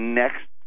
next